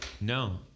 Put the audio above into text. No